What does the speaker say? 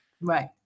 Right